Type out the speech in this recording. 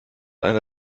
eine